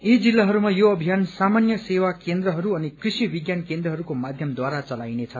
यी जिल्लाहरूमा यो अभियान सामान्य सेवा केन्द्रहरू अनि कृषि विज्ञान केन्द्रहरूको माध्यमद्वारा चलाइनेछ